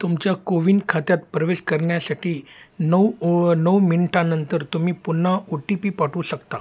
तुमच्या कोविन खात्यात प्रवेश करण्यासाठी नऊ ओ नऊ मिनटांनंतर तुम्ही पुन्हा ओ टी पी पाठवू शकता